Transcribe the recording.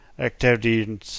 activity